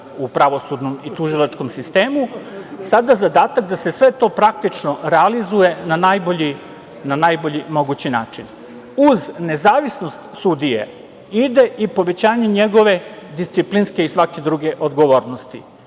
u pravosudnom i tužilačkom sistemu, sada zadatak da se sve to, praktično, realizuje na najbolji mogući način. Uz nezavisnost sudije ide i povećanje njegove disciplinske i svake druge odgovornosti